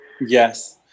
Yes